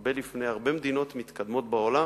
הרבה לפני הרבה מדינות מתקדמות בעולם,